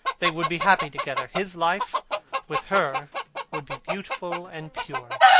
they would be happy together. his life with her would be beautiful and pure.